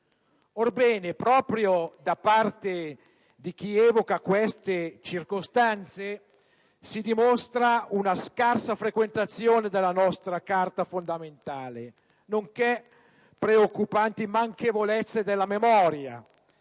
Orbene, proprio chi evoca queste circostanze dimostra una scarsa frequentazione della nostra Carta fondamentale nonché preoccupanti manchevolezze della memoria.